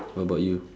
what about you